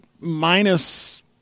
minus